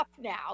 now